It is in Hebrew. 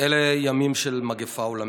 אלה ימים של מגפה עולמית,